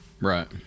Right